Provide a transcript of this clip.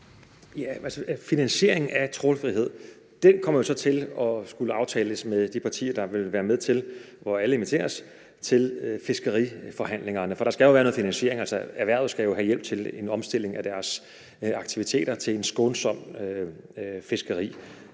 Heunicke): Finansieringen af trawlfrihed kommer jo så til at skulle aftales med de partier, der vil være med – og alle inviteres – til fiskeriforhandlinger. For der skal jo været noget finansiering, altså erhvervet skal jo have hjælp til en omstilling af deres aktiviteter til et skånsomt fiskeri.